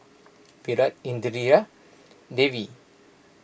Virat Indira Devi